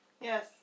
Yes